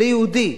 ליהודי,